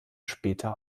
später